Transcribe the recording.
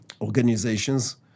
organizations